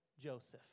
Joseph